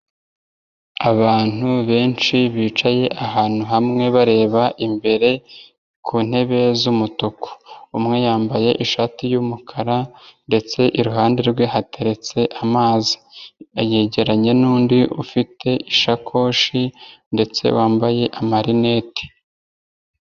Abantu benshi bicaye ahantu hamwe bareba imbere ku ntebe z'umutuku, umwe yambaye ishati y'umukara ndetse iruhande rwe hateretse amazi, yanegeranye n'undi ufite ishakoshi ndetse wambaye amarineti.